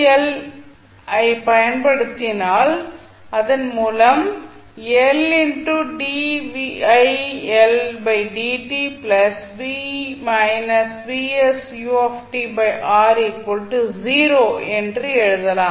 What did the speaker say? L ஐப் பயன்படுத்துவதன் மூலம் நாம் என்று எழுதலாம்